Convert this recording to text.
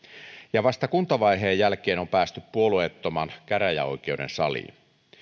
vasta kuntavaiheen jälkeen on päästy puolueettoman käräjäoikeuden saliin